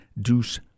Deuce